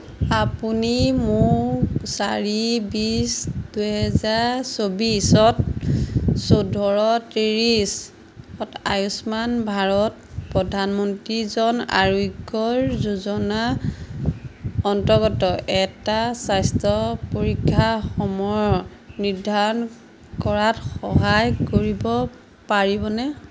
আপুনি মোক চাৰি বিছ দুহেজাৰ চৌবিছত চৈধ্য ত্ৰিছত আয়ুষ্মান ভাৰত প্ৰধানমন্ত্ৰী জন আৰোগ্যৰ যোজনাৰ অন্তৰ্গত এটা স্বাস্থ্য পৰীক্ষাৰ সময় নিৰ্ধাৰণ কৰাত সহায় কৰিব পাৰিবনে